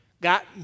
got